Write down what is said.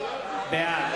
בעד